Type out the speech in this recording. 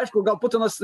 aišku gal putinas